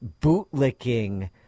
bootlicking